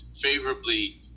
favorably